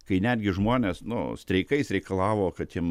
kai netgi žmonės nu streikais reikalavo kad jiem